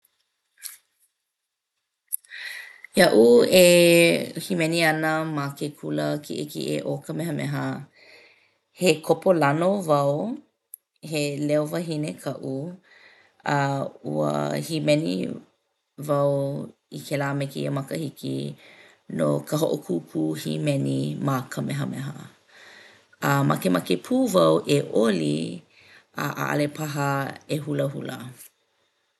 Iaʻu e hīmeni ana ma ke kula kiʻekiʻe o Kamehameha, he kopolano wau he leo wahine kaʻu a ua hīmeni wau i kēlā me kēīa makahiki no ka hoʻokūkū hīmeni ma Kamehameha. A makemake pū wau e oli a ʻaʻale paha e hulahula.